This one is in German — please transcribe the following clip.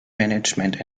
management